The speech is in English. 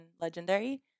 Legendary